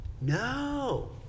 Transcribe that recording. No